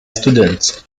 students